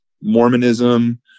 Mormonism